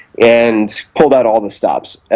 and pulled out all the stops.